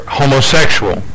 homosexual